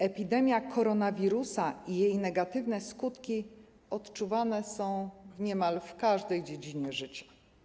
Epidemia koronawirusa i jej negatywne skutki odczuwane są niemal w każdej dziedzinie życia.